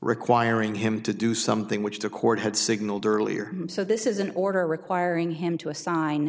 requiring him to do something which the court had signaled earlier so this is an order requiring him to assign